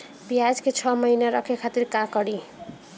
प्याज के छह महीना रखे खातिर का करी?